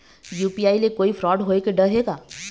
UPI ले कोई fraud होए के डर हे का?